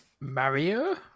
Mario